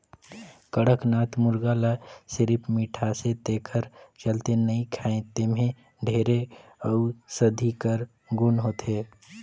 कड़कनाथ मुरगा ल सिरिफ मिठाथे तेखर चलते नइ खाएं एम्हे ढेरे अउसधी कर गुन होथे